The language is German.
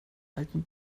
alten